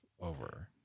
over